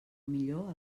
millor